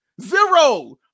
zero